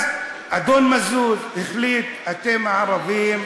אז אדון מזוז החליט: אתם הערבים,